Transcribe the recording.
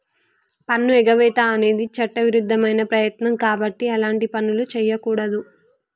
పన్నుఎగవేత అనేది చట్టవిరుద్ధమైన ప్రయత్నం కాబట్టి అలాంటి పనులు చెయ్యకూడదు